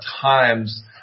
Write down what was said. times